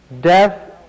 death